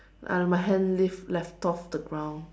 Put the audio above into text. and my hand lift left off the ground